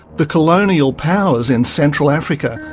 the colonial powers in central africa,